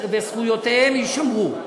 וזכויותיהם יישמרו.